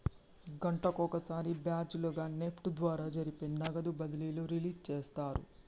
గంటకొక సారి బ్యాచ్ లుగా నెఫ్ట్ ద్వారా జరిపే నగదు బదిలీలు రిలీజ్ చేస్తారు